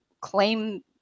claim